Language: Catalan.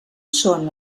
són